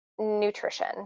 Nutrition